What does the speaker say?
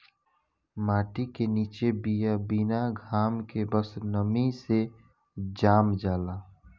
माटी के निचे बिया बिना घाम के बस नमी से जाम जाला